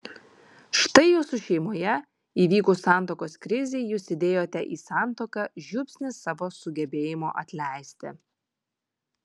štai jūsų šeimoje įvykus santuokos krizei jūs įdėjote į santuoką žiupsnį savo sugebėjimo atleisti